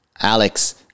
Alex